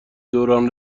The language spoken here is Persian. دوران